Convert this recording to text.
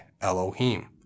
Elohim